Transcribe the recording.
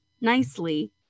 nicely